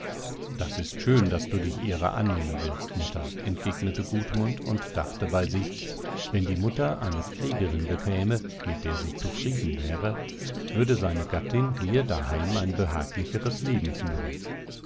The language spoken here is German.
das ist schön daß du dich ihrer annehmen willst mutter entgegnete gudmund und dachte bei sich wenn die mutter eine pflegerin bekäme mit der sie zufrieden wäre würde seine gattin hier daheim ein behaglicheres leben führen